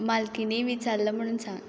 मालकिनीक विचारलां म्हणून सांग